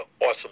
awesome